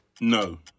No